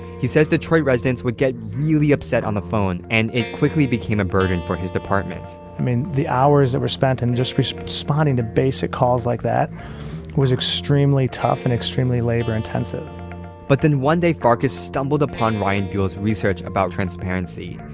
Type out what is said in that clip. he says detroit residents would get really upset on the phone and it quickly became a burden for his department i mean, the hours that were spent in just responding to basic calls like that was extremely tough and extremely labor intensive but then one day farkas stumbled upon ryan buell's research about transparency.